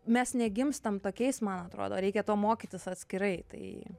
mes negimstam tokiais man atrodo reikia to mokytis atskirai tai